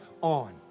on